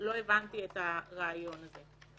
לא הבנתי את הרעיון הזה.